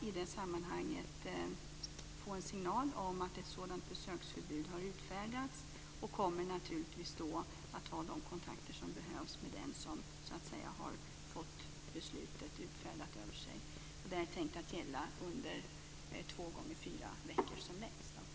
I det sammanhanget ska socialtjänsten få en signal om att ett sådant besöksförbud har utfärdats, och man kommer naturligtvis då att ta de kontakter som behövs med den som har fått beslutet utfärdat över sig, och detta besöksförbud är tänkt att som längst gälla under två gånger fyra veckor.